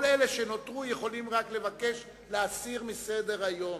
כל אלה שנותרו יכולים רק לבקש להסיר מסדר-היום.